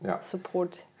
support